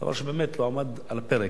דבר שבאמת לא עמד על הפרק.